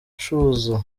yicuza